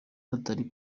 batari